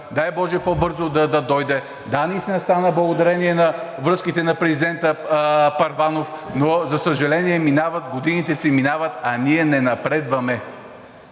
Дай боже по-бързо да дойде. Да, наистина стана благодарение на връзките на президента Първанов, но за съжаление, годините си минават, а ние не напредваме.